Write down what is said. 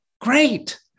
great